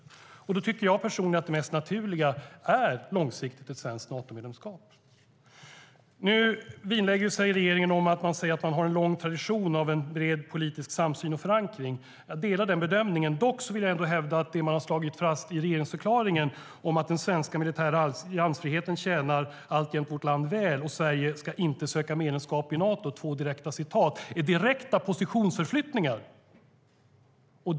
Jag tycker att det långsiktigt mest naturliga är ett svenskt Natomedlemskap.Nu vinnlägger sig regeringen om att påminna om en lång tradition av bred politisk samsyn och förankring. Jag delar den bedömningen. Dock vill jag ändå hävda att det man har slagit fast i regeringsförklaringen, nämligen att den svenska militära alliansfriheten alltjämt tjänar vårt land väl och att Sverige inte ska söka medlemskap i Nato, är direkta positionsförflyttningar.